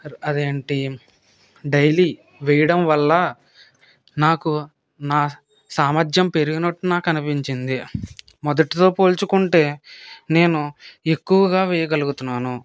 అదేంటి డైలీ వేయడం వల్ల నాకు నా సామర్థ్యం పెరిగినట్టు నాకు అనిపించింది మొదటితో పోల్చుకుంటే నేను ఎక్కువగా వేయగలుగుతున్నాను